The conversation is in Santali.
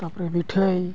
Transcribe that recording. ᱛᱟᱯᱚᱨᱮ ᱢᱤᱴᱷᱟᱹᱭ